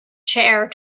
chair